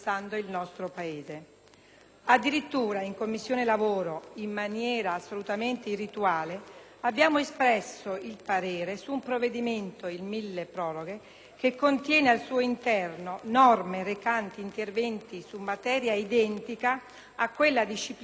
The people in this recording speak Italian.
Addirittura, in Commissione lavoro, in maniera assolutamente irrituale, abbiamo espresso il parere su un provvedimento, il milleproroghe, che contiene al suo interno norme recanti interventi su materia identica a quella disciplinata dal provvedimento